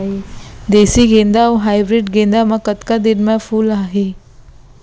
देसी गेंदा अऊ हाइब्रिड गेंदा म कतका दिन म फूल आही?